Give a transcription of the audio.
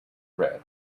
red